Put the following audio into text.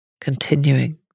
Continuing